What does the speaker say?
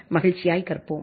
மகிழ்ச்சியாய் கற்போம்